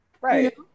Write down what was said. right